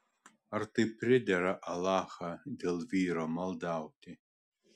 ar tai pridera alachą dėl vyro maldauti